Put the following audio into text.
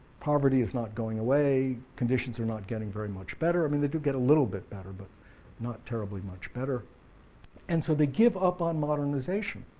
poverty is not going away. conditions are not getting very much better. i mean they do get a little bit better, but not terribly much better and so they give up on modernization.